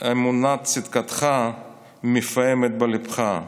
האמונה בצדקתך מפעמת בליבך".